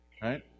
Right